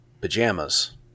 pajamas